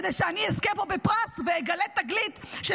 כדי שאני אזכה פה בפרס ואגלה תגלית של